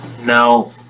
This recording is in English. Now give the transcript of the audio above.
Now